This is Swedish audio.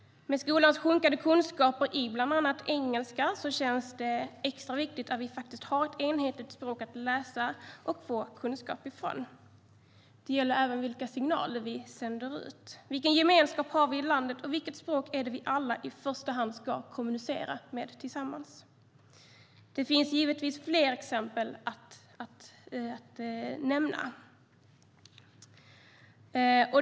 Med skolans sjunkande kunskaper i bland annat engelska känns det extra viktigt att vi har ett enhetligt språk att läsa och få kunskap ifrån. Det gäller även vilka signaler vi sänder ut. Vilken gemenskap har vi i landet, och vilket språk ska vi alla kommunicera med i första hand? Det finns givetvis fler exempel att nämna.